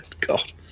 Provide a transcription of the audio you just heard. God